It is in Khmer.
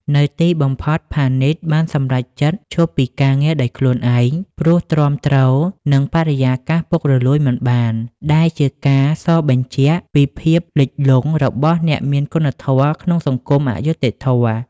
នៅទីបំផុត ផានីតបានសម្រេចចិត្តឈប់ពីការងារដោយខ្លួនឯង ព្រោះទ្រាំទ្រនឹងបរិយាកាសពុករលួយមិនបាន ដែលជាការសបញ្ជាក់ពីភាពលិចលង់របស់អ្នកមានគុណធម៌ក្នុងសង្គមអយុត្តិធម៌។